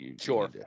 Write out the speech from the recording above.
Sure